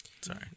Sorry